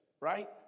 Right